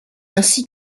ainsi